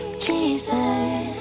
Jesus